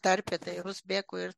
tarpe tai ir uzbekų ir